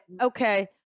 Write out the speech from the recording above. Okay